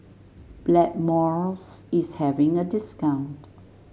Blackmores is having a discount